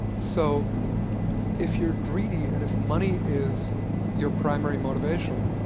so if you're greedy and if money is your primary motivation,